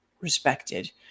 respected